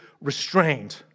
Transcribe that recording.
restrained